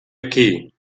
aquí